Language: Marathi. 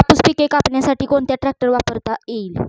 कापूस पिके कापण्यासाठी कोणता ट्रॅक्टर वापरता येईल?